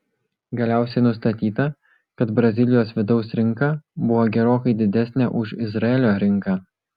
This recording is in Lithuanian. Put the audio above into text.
galiausiai nustatyta kad brazilijos vidaus rinka buvo gerokai didesnė už izraelio rinką